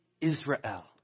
Israel